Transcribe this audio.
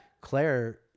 Claire